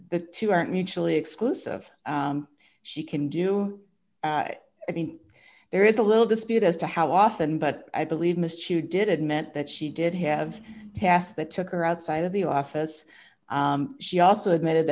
the two aren't mutually exclusive she can do i mean there is a little dispute as to how often but i believe mr hugh did admit that she did have a task that took her outside of the office she also admitted